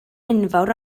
enfawr